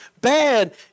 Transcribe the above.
bad